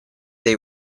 they